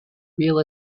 real